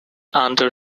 under